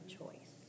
choice